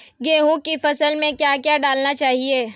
गेहूँ की फसल में क्या क्या डालना चाहिए?